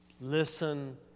Listen